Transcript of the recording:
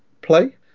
play